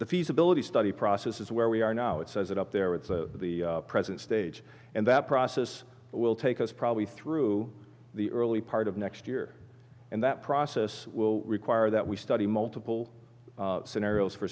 the feasibility study process is where we are now it says it up there with the present stage and that process will take us probably through the early part of next year and that process will require that we study multiple scenarios for